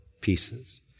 pieces